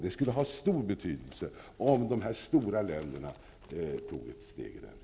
Det skulle ha stor betydelse, om de stora länderna tog ett steg i den riktningen.